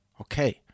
Okay